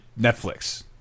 Netflix